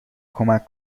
کمک